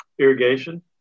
irrigation